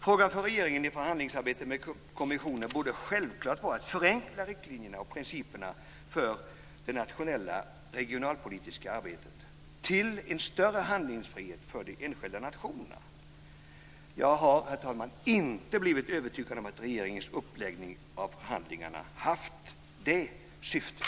Frågan för regeringen i förhandlingsarbetet med kommissionen borde självklart vara att förenkla riktlinjerna och principerna för det nationella regionalpolitiska arbetet till en större handlingsfrihet för de enskilda nationerna. Jag har inte blivit övertygad om att regeringens uppläggning av förhandlingarna haft det syftet.